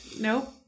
Nope